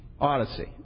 Odyssey